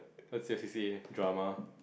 first A C_C_A drama